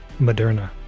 Moderna